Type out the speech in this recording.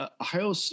Ohio